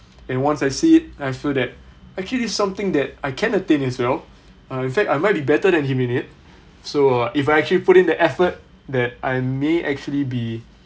and once I see it I feel that okay this is something that I can attain as well uh in fact I might be better than him in it so uh if I actually put in the effort that I may actually be